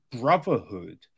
brotherhood